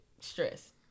stress